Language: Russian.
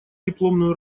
дипломную